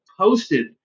posted